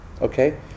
Okay